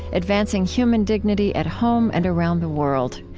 advancing human dignity at home and around the world.